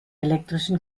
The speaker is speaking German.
elektrischen